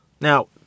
Now